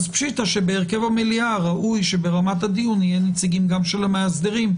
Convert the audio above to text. פשיטתא שבהרכב המליאה ראוי שברמת הדיון יהיה נציגים גם של המאסדרים.